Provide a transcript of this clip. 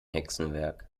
hexenwerk